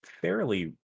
fairly